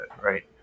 right